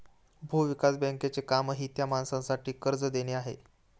भूविकास बँकेचे कामही त्या माणसासाठी कर्ज देणे हे आहे